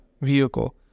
vehicle